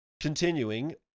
Continuing